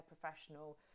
professional